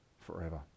forever